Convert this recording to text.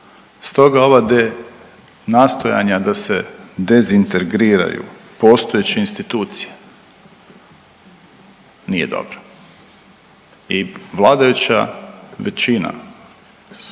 Stoga ova de nastojana da se dezintegriraju postojeće institucije nije dobra i vladajuća većina